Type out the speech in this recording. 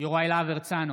יוראי להב הרצנו,